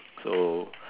so